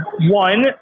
One